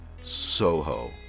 Soho